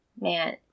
man